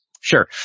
Sure